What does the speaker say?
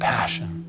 Passion